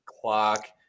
clock